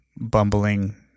bumbling